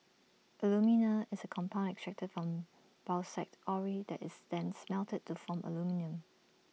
alumina is A compound extracted from bauxite ore that is then smelted to form aluminium